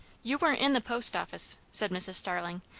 you weren't in the post office! said mrs. starling.